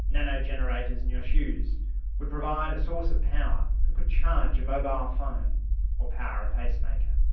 nanogenerators in your shoes would provide a source of power that could charge a mobile phone or power a pacemaker.